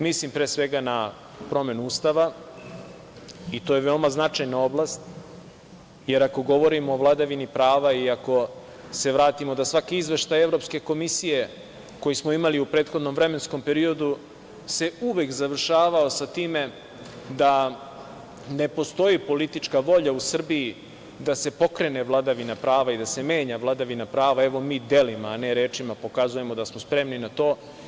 Mislim, pre svega, na promenu Ustava i to je veoma značajna oblast, jer ako govorimo o vladavini prava i ako se vratimo da svaki izveštaj Evropske komisije koji smo imali u prethodnom vremenskom periodu se uvek završavao sa time da ne postoji politička volja u Srbiji da se pokrene vladavina prava i da se menja vladavina prava, evo, mi delima, a ne rečima pokazujemo da smo spremni na to.